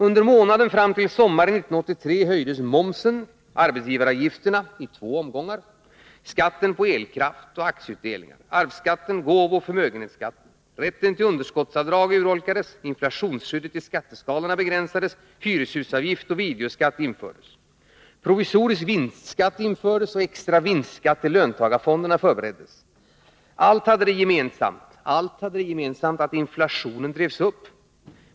Under månaderna fram till sommaren 1983 höjdes momsen, arbetsgivaravgifterna — i två omgångar —, skatten på elkraft och aktieutdelningar, arvsskatten samt gåvooch förmögenhetsskatten. Rätten till underskottsavdrag urholkades, inflationsskyddet i skatteskalorna begränsades, och hyreshusavgift och videoskatt infördes. Provisorisk vinstskatt infördes, och extra vinstskatt till löntagarfonderna förbereddes. Allt — ja, allt — hade det gemensamt att inflationen drevs upp.